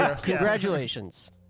congratulations